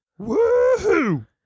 Woohoo